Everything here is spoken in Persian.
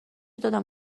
دادم